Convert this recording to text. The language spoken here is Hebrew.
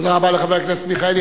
תודה רבה לחבר הכנסת מיכאלי.